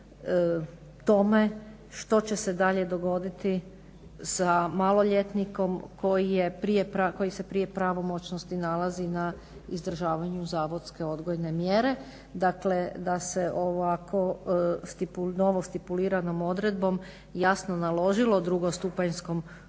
tome što će se dalje dogoditi sa maloljetnikom koji se prije pravomoćnosti nalazi na izdržavanju zavodske odgojne mjere. Dakle, da se ovako novo stipuliranom odredbom jasno naložilo drugostupanjskom sudu